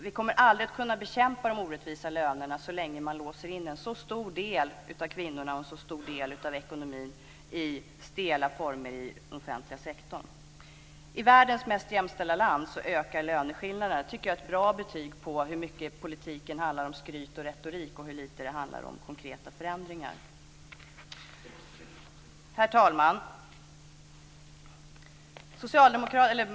Vi kommer aldrig att kunna bekämpa de orättvisa lönerna så länge man låser in en så stor del av kvinnorna och en så stor del av ekonomin i stela former i den offentliga sektorn. I världens mest jämställda land ökar löneskillnaderna. Det tycker jag är ett bra betyg på hur mycket politiken handlar om skryt och retorik och på hur lite den handlar om konkreta förändringar. Herr talman!